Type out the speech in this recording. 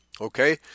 okay